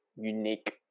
unique